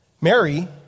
Mary